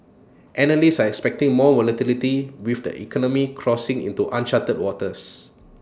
analysts are expecting more volatility with the economy crossing into uncharted waters